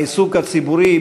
העיסוק הציבורי,